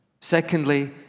Secondly